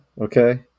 okay